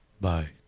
Bye